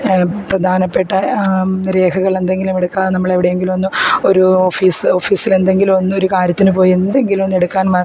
പ്രധാനപ്പെട്ട രേഖകൾ എന്തെങ്കിലും എടുക്കാതെ നമ്മൾ എവിടെയെങ്കിലും ഒന്ന് ഒരു ഓഫീസ് ഓഫീസിൽ എന്തെങ്കിലും ഒന്നൊരു കാര്യത്തിന് പോയി എന്തെങ്കിലും ഒന്ന് എടുക്കാൻ മ